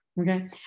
Okay